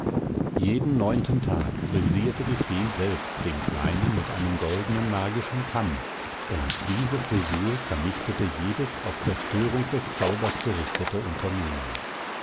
jeden neunten tag frisierte die fee selbst den kleinen mit einem goldnen magischen kamm und diese frisur vernichtete jedes auf zerstörung des zaubers gerichtete unternehmen